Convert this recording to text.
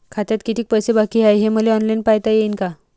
खात्यात कितीक पैसे बाकी हाय हे मले ऑनलाईन पायता येईन का?